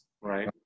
Right